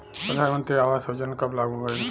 प्रधानमंत्री आवास योजना कब लागू भइल?